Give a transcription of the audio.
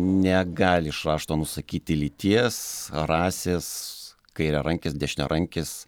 negali iš rašto nusakyti lyties rasės kairiarankis dešiniarankis